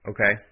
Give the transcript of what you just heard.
Okay